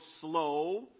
slow